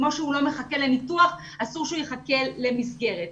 כמו שהוא לא מחכה לניתוח אסור שהוא יחכה למסגרת.